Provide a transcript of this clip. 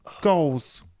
goals